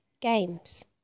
Games